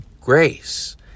grace